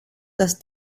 dass